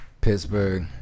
Pittsburgh